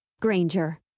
Granger